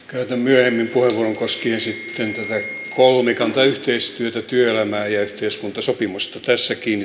käytän myöhemmin puheenvuoron koskien tätä kolmikantayhteistyötä työelämää ja yhteiskuntasopimusta